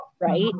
right